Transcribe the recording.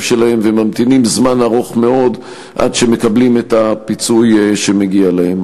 שלהם והם ממתינים זמן רב מאוד עד שהם מקבלים את הפיצוי שמגיע להם.